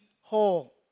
whole